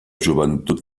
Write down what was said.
joventut